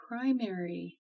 primary